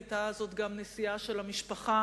היתה זאת גם נסיעה של המשפחה,